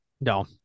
No